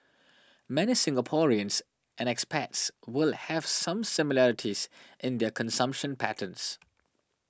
many Singaporeans and expats will have some similarities in their consumption patterns